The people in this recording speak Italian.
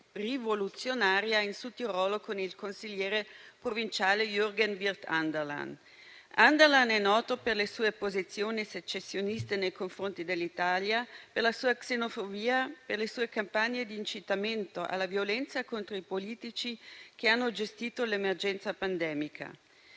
rivoluzionaria in Sud Tirolo con il consigliere provinciale Jürgen Wirth Anderlan. Anderlan è noto per le sue posizioni secessioniste nei confronti dell'Italia, per la sua xenofobia, per le sue campagne di incitamento alla violenza contro i politici che hanno gestito l'emergenza pandemica.